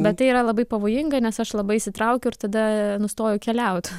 bet tai yra labai pavojinga nes aš labai įsitraukiu ir tada nustojau keliaut